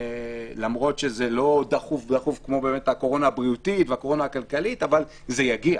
למרות שזה לא דחוף כמו הקורונה הבריאותית והקורונה הכלכלית אבל זה יגיע.